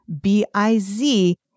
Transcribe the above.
B-I-Z